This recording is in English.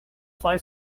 fly